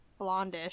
blondish